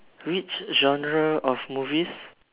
which genre of movies